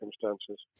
circumstances